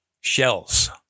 shells